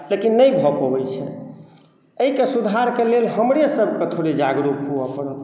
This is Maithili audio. लेकिन नहि भऽ पबैत छै एहिके सुधारके लेल हमरेसभके थोड़े जागरुक हुअ पड़त